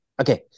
okay